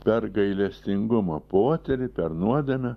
per gailestingumą poterį per nuodėmę